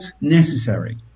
necessary